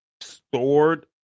stored